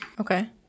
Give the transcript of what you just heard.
Okay